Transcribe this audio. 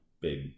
big